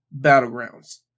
Battlegrounds